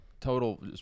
total